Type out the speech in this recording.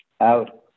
out